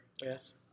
Yes